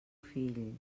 fill